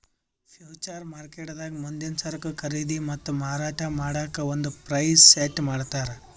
future ಮಾರ್ಕೆಟ್ದಾಗ್ ಮುಂದಿನ್ ಸರಕು ಖರೀದಿ ಮತ್ತ್ ಮಾರಾಟ್ ಮಾಡಕ್ಕ್ ಒಂದ್ ಪ್ರೈಸ್ ಸೆಟ್ ಮಾಡ್ತರ್